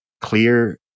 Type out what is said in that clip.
clear